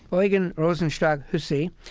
but like and rosenstock-huessy,